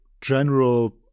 general